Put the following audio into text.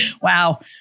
wow